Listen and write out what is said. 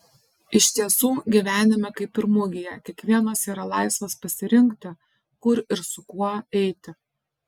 iš tiesų gyvenime kaip ir mugėje kiekvienas yra laisvas pasirinkti kur ir su kuo eiti